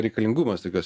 reikalingumas tokios